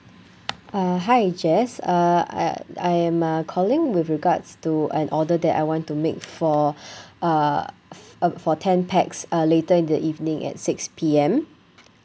uh hi jess uh I I am uh calling with regards to an order that I want to make for uh fo~ for ten pax uh later in the evening at six P_M